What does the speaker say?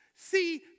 See